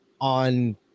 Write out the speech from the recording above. on